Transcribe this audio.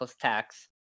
tax